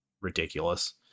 ridiculous